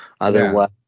Otherwise